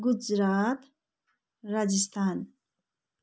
Gujarat Rajasthan